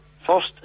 first